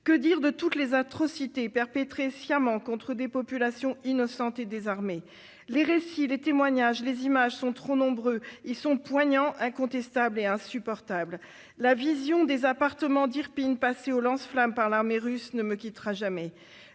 Que dire de toutes les atrocités perpétrées sciemment contre des populations innocentes et désarmées ? Les récits, les témoignages, les images sont trop nombreux, ils sont poignants, incontestables et insupportables. La vision des appartements d'Irpin passés au lance-flammes par l'armée russe ne me quittera jamais.